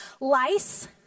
Lice